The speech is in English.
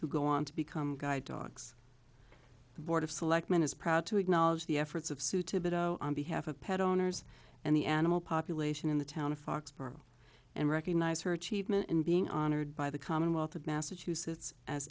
who go on to become guide dogs the board of selectmen is proud to acknowledge the efforts of suitable on behalf of pet owners and the animal population in the town of foxborough and recognize her achievement and being honored by the commonwealth of massachusetts as